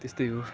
त्यस्तै हो